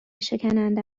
شکننده